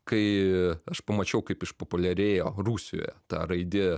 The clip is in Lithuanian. kai aš pamačiau kaip išpopuliarėjo rusijoje ta raidė